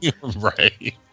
Right